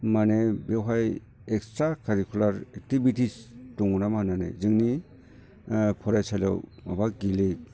माने बेवहाय extra curricular activities दङ नामा होननानै जोंनि फरायसालियाव माबा गेले